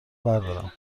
بردارم